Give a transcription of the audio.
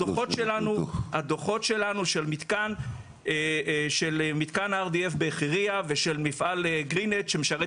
הדוחות שלנו של מתקן RDF בחירייה ושל מפעל גרין נט שמשרת